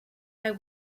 eye